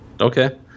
Okay